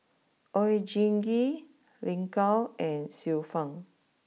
Oon Jin Gee Lin Gao and Xiu Fang